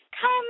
come